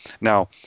Now